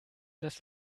das